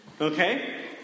Okay